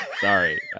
Sorry